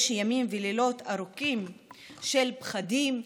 יש ימים ולילות ארוכים של פחדים,